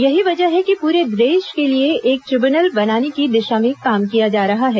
यही वजह है कि पूरे देश के लिए एक ट्रिब्यूनल बनाने की दिशा में काम किया जा रहा है